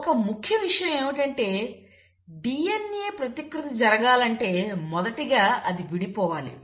ఒక ముఖ్య విషయం ఏమిటంటే DNA ప్రతికృతి జరగాలంటే మొదటిగా అది విడిపోవాలి